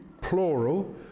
plural